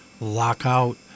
lockout